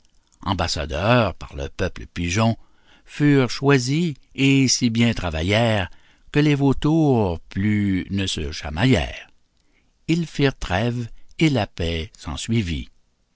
ambassadeurs par le peuple pigeon furent choisis et si bien travaillèrent que les vautours plus ne se chamaillèrent ils firent trêve et la paix